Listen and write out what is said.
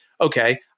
okay